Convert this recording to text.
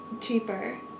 cheaper